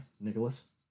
Nicholas